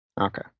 Okay